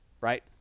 right